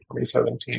2017